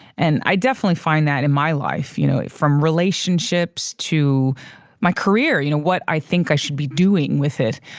and i definitely find that in my life, you know, from relationships to my career, you know what i think i should be doing with it.